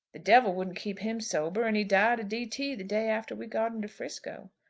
the devil wouldn't keep him sober, and he died of d t. the day after we got him to frisco.